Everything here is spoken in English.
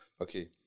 Okay